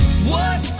what